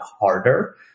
harder